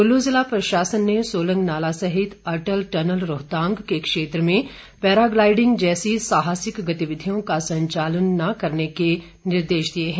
कुल्लू जिला प्रशासन ने सोलंग नाला सहित अटल टनल रोहतांग के क्षेत्र में पैराग्लाईडिंग जैसी साहसिक गतिविधियों का संचालन न करने के निर्देश दिए हैं